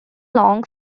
long